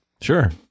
Sure